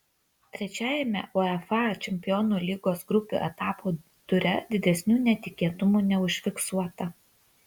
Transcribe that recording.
trečiajame uefa čempionų lygos grupių etapo ture didesnių netikėtumų neužfiksuota